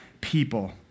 People